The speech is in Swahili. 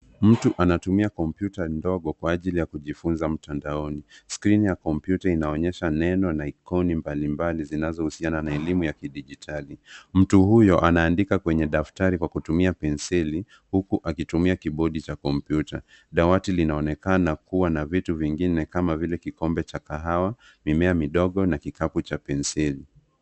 Mtu anatumia kompyuta ndogo kwa ajili ya kujifunza mtandaoni skrini ya kompyuta inaonyesha neno na ikoni mbalimbali zinazohusiana na elimu ya kidijitali mtu huyo anaandika kwenye daftari kwa kutumia penseli huku akitumia kibordi cha kompyuta dawati linaonekana kua na vitu vingine kama vile kikombe cha kahawa mimea midogo na kikapu cha penseli.